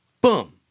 Boom